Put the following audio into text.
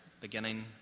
beginning